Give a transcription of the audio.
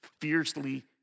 fiercely